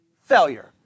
Failure